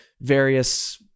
various